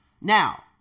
Now